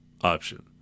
option